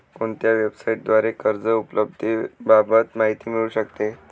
कोणत्या वेबसाईटद्वारे कर्ज उपलब्धतेबाबत माहिती मिळू शकते?